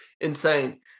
insane